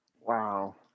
Wow